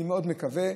אני מאוד מקווה.